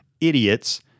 idiots